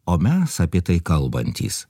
o mes apie tai kalbantys